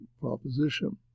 proposition